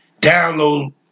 download